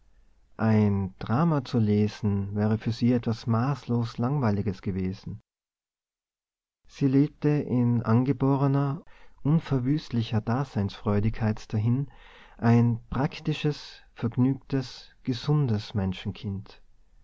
ein drama zu lesen wäre für sie etwas maßlos langweiliges gewesen sie lebte in angeborener unverwüstlicher daseinsfreudigkeit dahin ein praktisches vergnügtes gesundes